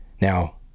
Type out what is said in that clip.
now